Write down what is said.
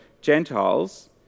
Gentiles